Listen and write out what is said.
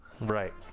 Right